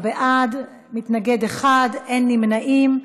11 בעד, מתנגד אחד, אין נמנעים.